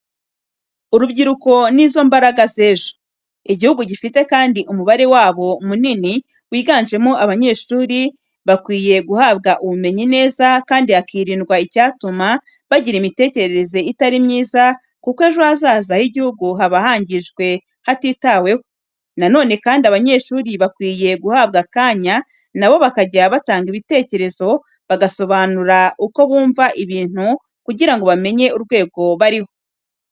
Urubyiruko ni zo mbaraga z'ejo. Igihugu gifite kandi umubare wabo munini wiganjemo abanyeshuri, bakwiye guhabwa ubumenyi neza, kandi hakirindwa icyatuma bagira imitekerereze itari myiza kuko ejo hazaza h'igihugu haba hangijwe batitaweho. Na none kandi abanyeshuri bakwiye guhabwa akanya na bo bakajya batanga ibitekerezo bagasobanura uko bumva ibintu kugira ngo bamenye urwego bariho.